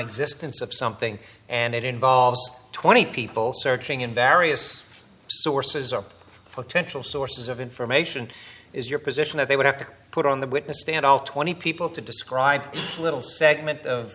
existence of something and it involves twenty people searching in various sources or potential sources of information is your position that they would have to put on the witness stand all twenty people to describe a little segment of